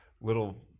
little